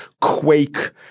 quake